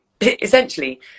essentially